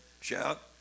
Shout